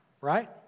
Right